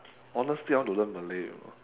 honestly I want to learn malay you know